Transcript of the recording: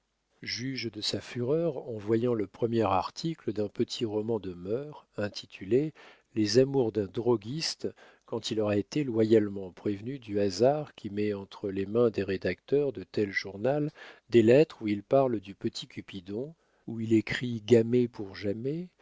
juge de sa fureur en voyant le premier article d'un petit roman de mœurs intitulé les amours d'un droguiste quand il aura été loyalement prévenu du hasard qui met entre les mains des rédacteurs de tel journal des lettres où il parle du petit cupidon où il écrit gamet pour jamais